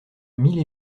mille